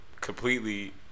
completely